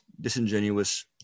disingenuous